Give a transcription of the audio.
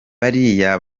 bariya